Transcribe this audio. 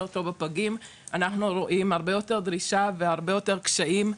טוב בפגים אנחנו רואים הרבה יותר בלי שהוא הרבה יותר קשיים.